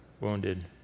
wounded